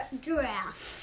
Giraffe